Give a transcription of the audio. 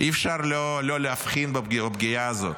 אי-אפשר שלא להבחין בפגיעה הזאת.